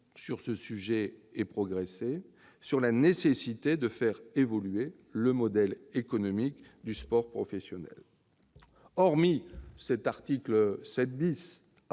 de conscience ait progressé sur la nécessité de faire évoluer le modèle économique du sport professionnel. Hormis cet article 7